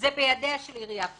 זה בידיה של עיריית חולון.